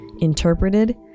interpreted